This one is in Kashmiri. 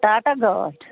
ٹاٹا گٲڑۍ